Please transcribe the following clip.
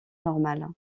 normal